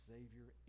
Savior